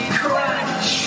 crunch